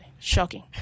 Shocking